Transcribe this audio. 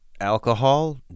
Alcohol